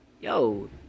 Yo